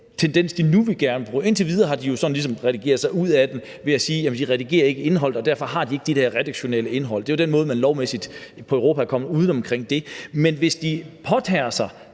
tendens, vi nu ser – indtil videre har de jo ligesom redigeret sig ud af det ved at sige, at de ikke redigerer indhold, og derfor har de ikke det der redaktionelle ansvar; det er jo den måde, man lovmæssigt i Europa er kommet uden om det på – altså, hvis de påtager sig